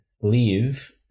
leave